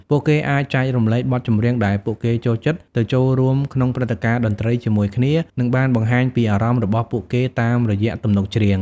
ពួកគេអាចចែករំលែកបទចម្រៀងដែលពួកគេចូលចិត្ត ទៅចូលរួមក្នុងព្រឹត្តិការណ៍តន្ត្រីជាមួយគ្នា និងបានបង្ហាញពីអារម្មណ៍របស់ពួកគេតាមរយៈទំនុកច្រៀង។